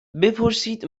بپرسید